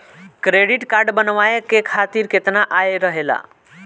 Credit card बनवाए के खातिर केतना आय रहेला?